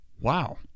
wow